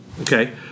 okay